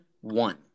one